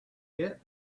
get